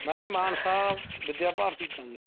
ਮੈਂ ਜੀ ਮਾਨਸਾ ਵਿੱਦਿਆ ਭਾਰਤੀ ਤੋਂ ਜੀ